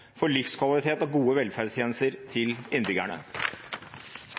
for livskvalitet og gode velferdstjenester til innbyggerne.